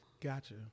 Gotcha